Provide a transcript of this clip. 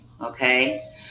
okay